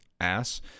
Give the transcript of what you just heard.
ass